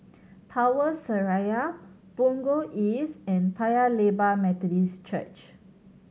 Power Seraya Punggol East and Paya Lebar Methodist Church